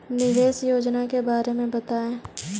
निवेश योजना के बारे में बताएँ?